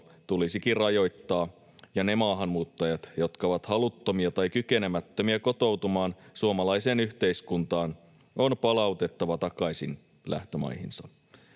tulisikin rajoittaa, ja ne maahanmuuttajat, jotka ovat haluttomia tai kykenemättömiä kotoutumaan suomalaiseen yhteiskuntaan, on palautettava takaisin lähtömaihinsa.